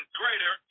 greater